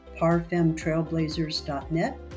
parfemtrailblazers.net